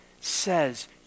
says